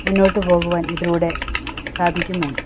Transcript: മുന്നോട്ട് പോകുവാൻ ഇതിലൂടെ സാധിക്കുന്നുണ്ട്